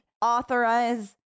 authorize